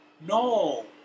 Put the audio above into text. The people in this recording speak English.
No